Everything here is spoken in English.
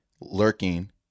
lurking